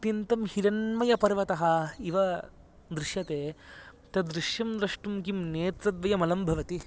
अत्यन्तं हिरण्मयपर्वतः इव दृश्यते तद् दृश्यं द्रष्टुं किं नेत्रद्वयम् अलं भवति